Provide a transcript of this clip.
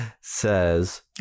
says